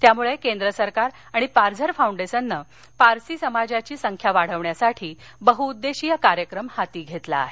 त्यामुळे केंद्र सरकार आणि पाईर फाउंडेसननं पारशी समाजाची संख्या वाढवण्यासाठी बहुउद्देशीय कार्यक्रम हाती घेतला आहे